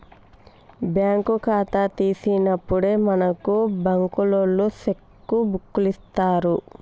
bank ఖాతా తీసినప్పుడే మనకు బంకులోల్లు సెక్కు బుక్కులిత్తరు